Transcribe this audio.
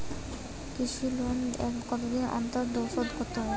কৃষি লোন কতদিন অন্তর শোধ করতে হবে?